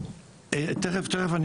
אני